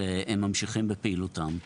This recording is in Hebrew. שהם ממשיכים בפעילותם.